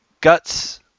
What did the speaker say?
Guts